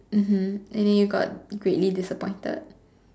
mmhmm and then you got greatly disappointed